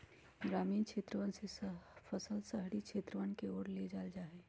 ग्रामीण क्षेत्रवन से फसल शहरी क्षेत्रवन के ओर ले जाल जाहई